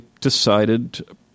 decided